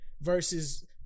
versus